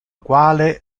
quale